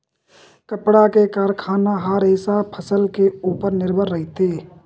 कपड़ा के कारखाना ह रेसा फसल के उपर निरभर रहिथे